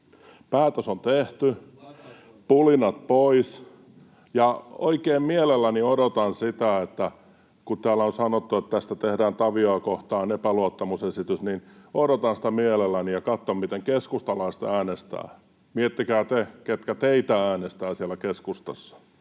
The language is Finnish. Päätös on tehty, pulinat pois. Ja oikein mielelläni odotan sitä, kun täällä on sanottu, että tästä tehdään Taviota kohtaan epäluottamusesitys. Odotan sitä mielelläni ja katson, miten keskustalaiset äänestävät. Miettikää te siellä keskustassa,